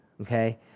Okay